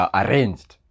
arranged